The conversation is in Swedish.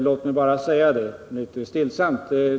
Låt mig bara säga det mycket stillsamt.